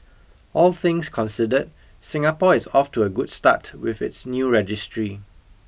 all things considered Singapore is off to a good start with its new registry